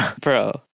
bro